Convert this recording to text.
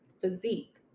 physique